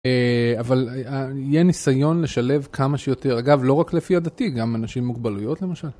אבל יהיה ניסיון לשלב כמה שיותר, אגב לא רק לפי עדתי, גם אנשים מוגבלויות למשל.